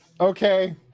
Okay